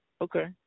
Okay